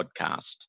podcast